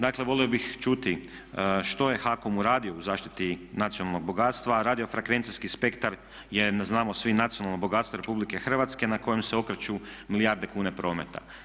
Dakle, volio bih čuti što je HAKOM uradio u zaštiti nacionalnog bogatstva a radiofrekvencijski spektar je znamo svi nacionalno bogatstvo RH na kojem se okreću milijarde kuna prometa.